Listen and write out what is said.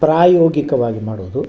ಪ್ರಾಯೋಗಿಕವಾಗಿ ಮಾಡೋದು